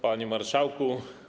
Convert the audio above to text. Panie Marszałku!